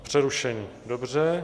Přerušení, dobře.